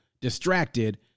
distracted